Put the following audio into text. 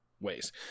Ways